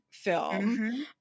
film